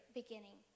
beginning